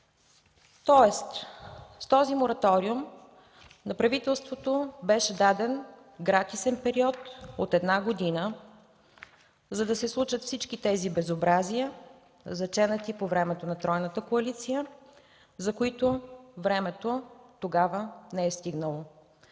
Тоест, с този мораториум на правителството беше даден гратисен период от една година, за да се случат всички тези безобразия, заченати по времето на Тройната коалиция, за които времето тогава не е стигнало.